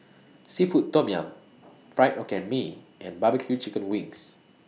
Seafood Tom Yum Fried Hokkien Mee and Barbecue Chicken Wings